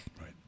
Right